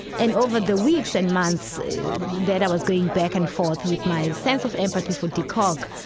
and over the weeks and months that i was going back and forth with my sense of empathy for de kock,